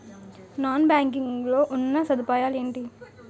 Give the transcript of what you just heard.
Non banking లో ఉన్నా సదుపాయాలు ఎంటి?